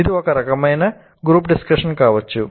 ఇది ఒక రకమైన గ్రూప్ డిస్కషన్ కావచ్చు